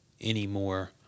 anymore